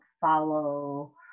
follow